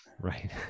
Right